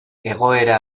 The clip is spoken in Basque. egoera